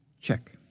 Check